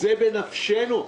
זה בנפשנו.